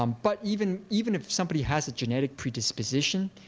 um but even even if somebody has a genetic predisposition,